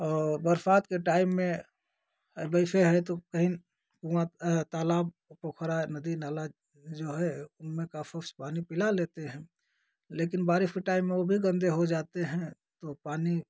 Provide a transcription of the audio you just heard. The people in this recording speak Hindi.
और बरसात के टाइम में अब ऐसे है तो कहीं कुआँ तालाब पोखरा नदी नाला जो है उनमें काफुस पानी पीला लेते हैं लेकिन बारिश के टाइम में वो भी गंदे हो जाते हैं तो पानी